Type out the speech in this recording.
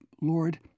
Lord